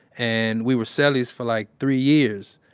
and we were so cellies for like three years.